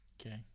Okay